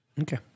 Okay